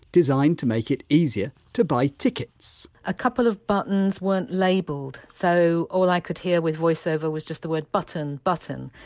designed to make it easier to buy tickets a couple of buttons weren't labelled, so all i could hear with voiceover was just the word button button.